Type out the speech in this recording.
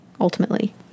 ultimately